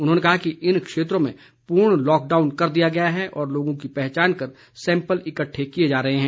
उन्होंने कहा कि इन क्षेत्रों में पूर्ण लॉकडाउन कर दिया गया है और लोगों की पहचान कर सैंपल इक्कठे किए जा रहे हैं